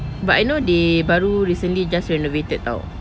but I know they baru recently just renovated [tau]